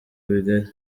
bigari